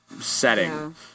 setting